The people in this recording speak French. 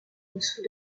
dessous